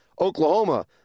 Oklahoma